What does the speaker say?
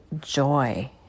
joy